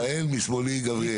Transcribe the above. משמאלי גבריאל.